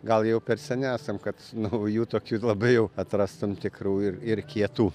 gal jau per seni esam kad naujų tokių labai jau atrastum tikrų ir ir kietų